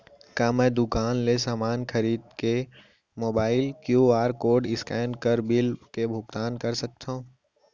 का मैं दुकान ले समान खरीद के मोबाइल क्यू.आर कोड स्कैन कर बिल के भुगतान कर सकथव?